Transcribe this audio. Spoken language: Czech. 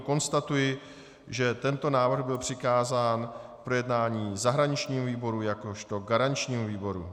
Konstatuji, že tento návrh byl přikázán k projednání zahraničnímu výboru jakožto garančnímu výboru.